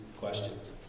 questions